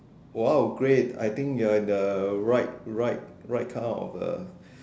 !wow! great I think you are in the right right right kind of uh